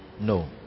No